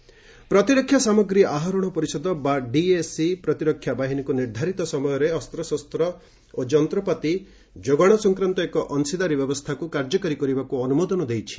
DAC partnership ପ୍ରତିରକ୍ଷା ସାମଗ୍ରୀ ଆହରଣ ପରିଷଦ ବା ଡିଏସି ପ୍ରତିରକ୍ଷା ବାହିନୀକୁ ନିର୍ଦ୍ଧାରିତ ସମୟରେ ଅସ୍ତଶସ୍ତ ଓ ଯନ୍ତପାତି ଯୋଗାଣ ସଂକ୍ରାନ୍ତ ଏକ ଅଂଶିଦାରୀ ବ୍ୟବସ୍ଥାକୁ କାର୍ଯ୍ୟକାରି କରିବାକୁ ଅନୁମୋଦନ ଦେଇଛି